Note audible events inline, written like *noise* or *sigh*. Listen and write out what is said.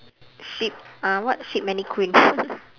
sheep uh what sheep mannequins *laughs*